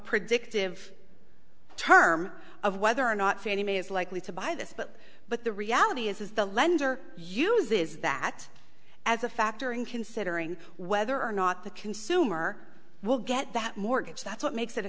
predictive term of whether or not fannie mae is likely to buy this but but the reality is the lender uses that as a factor in considering whether or not the consumer will get that mortgage that's what makes it a